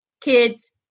kids